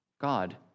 God